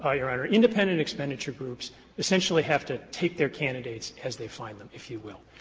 ah your honor, independent expenditure groups essentially have to take their candidates as they find them, if you will.